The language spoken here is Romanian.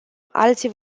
alții